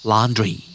Laundry